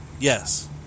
Yes